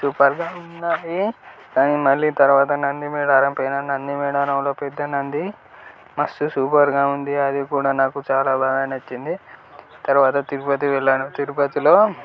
సూపర్గా ఉన్నాయి దాని మళ్ళీ తర్వాత నంది మేడారం పోయాను నంది మేడారంలో పెద్ద నంది మస్తు సూపర్గా ఉంది అది కూడా నాకు చాలా బాగా నచ్చింది తరువాత తిరుపతి వెళ్ళాను తిరుపతిలో